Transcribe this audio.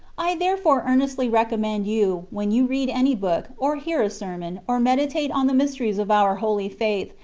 i therefore earnestly recommend you, when you read any book, or hear a sermon, or meditate on the mysteries of our holy faith,